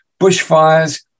bushfires